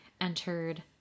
entered